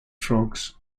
frogs